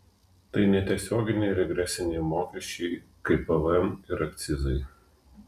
tai netiesioginiai regresiniai mokesčiai kaip pvm ir akcizai